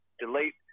delete